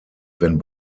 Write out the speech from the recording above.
wenn